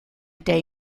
day